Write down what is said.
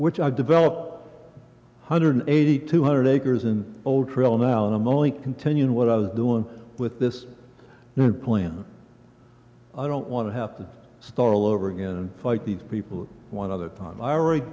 which i develop hundred eighty two hundred acres in old trail now and i'm only continuing what i was doing with this new plant i don't want to have to start all over again like these people one other time i read